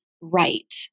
right